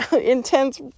intense